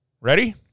Ready